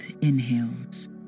inhales